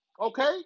Okay